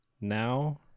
Now